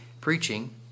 Preaching